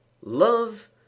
love